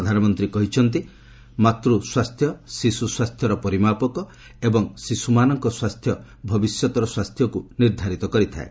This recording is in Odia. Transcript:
ପ୍ରଧାନମନ୍ତ୍ରୀ କହିଛନ୍ତି ମାତ୍ୟ ସ୍ୱାସ୍ଥ୍ୟ ଶିଶୁ ସ୍ୱାସ୍ଥ୍ୟର ପରିମାପକ ଏବଂ ଶିଶୁମାନଙ୍କ ସ୍ୱାସ୍ଥ୍ୟ ଭବିଷ୍ୟତର ସ୍ୱାସ୍ଥ୍ୟକୁ ନିର୍ଦ୍ଧାରିତ କରିଥାଏ